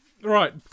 Right